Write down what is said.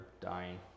dying